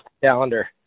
calendar